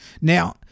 Now